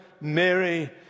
Mary